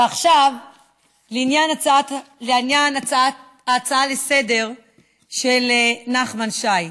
ועכשיו לעניין ההצעה לסדר-היום של נחמן שי.